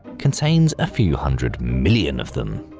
contains a few hundred million of them.